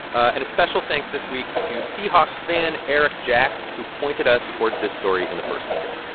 and a special thanks this week to seahawks fan eric jacks who pointed us towards this story in the first place.